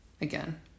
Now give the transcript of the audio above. again